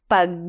Pag